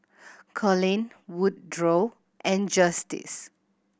Coleen Woodrow and Justice